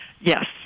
Yes